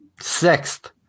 Sixth